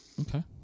Okay